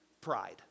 pride